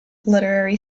literary